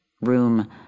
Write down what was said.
Room